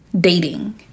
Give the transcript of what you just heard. dating